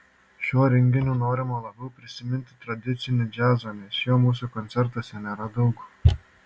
šiuo renginiu norima labiau priminti tradicinį džiazą nes jo mūsų koncertuose nėra daug